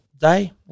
day